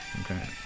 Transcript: Okay